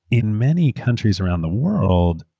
in many countries around the world,